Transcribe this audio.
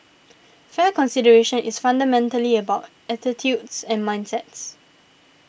fair consideration is fundamentally about attitudes and mindsets